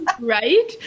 right